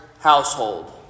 household